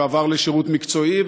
ועבר לשירות מקצועי,